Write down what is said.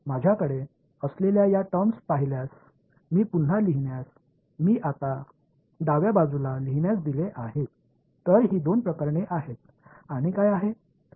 माझ्याकडे असलेल्या या टर्म्स पाहिल्यास मी पुन्हा लिहिल्यास मी आता डाव्या बाजूला लिहिण्यास दिले आहे तर ही दोन प्रकरणे आहेत आणि काय आहे